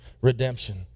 redemption